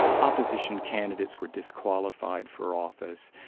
opposition candidates were disqualified for office,